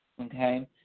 Okay